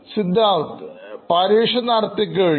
Siddharth പരീക്ഷ നടത്തിക്കഴിഞ്ഞു